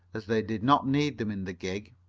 as they did not need them in the gig.